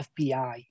FBI